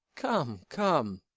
come, come,